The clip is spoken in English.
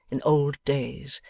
in old days,